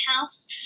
house